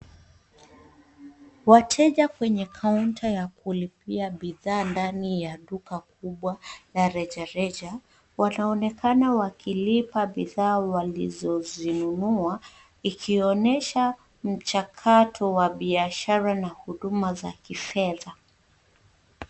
Wateja kwenye counter ya kulipia bidhaa ndani ya duka kubwa ya rejareja, wanaonekana wakilipa bidhaa walizozinunua ikionesha mchakato wa biashara na huduma za kifedha.